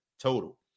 total